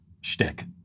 shtick